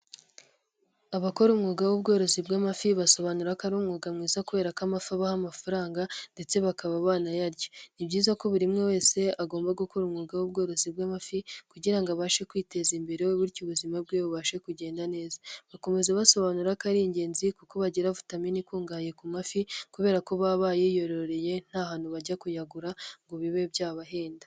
Abakora umwuga w'ubworozi bw'amafi basobanura ko ari umwuga mwiza kubera ko amafi abaha amafaranga ndetse bakaba banayarya. Ni byiza ko buri umwe wese agomba gukora umwuga w'ubworozi bw'amafi kugira abashe kwiteza imbere bityo ubuzima bwe bubashe kugenda neza. Bakomeza basobanura ko ari ingenzi kuko bagira vitamine ikungahaye ku mafi kubera ko baba bayiyororeye nta hantu bajya kuyagura ngo bibe byabahenda.